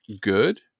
good